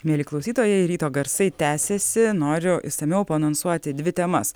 mieli klausytojai ryto garsai tęsiasi noriu išsamiau paanonsuoti dvi temas